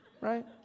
Right